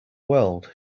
world